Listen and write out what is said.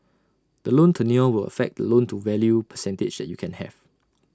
the loan tenure will affect the loan to value percentage that you can have